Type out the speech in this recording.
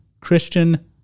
Christian